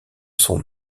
son